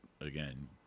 again